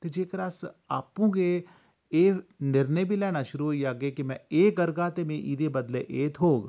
ते जेकर अस आपूं गै एह् निर्णे बी लैना शुरू होई जाह्गे जे में एह् करगा ते मिगी एह्दे बदले एह् थ्होग